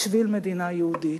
בשביל מדינה יהודית?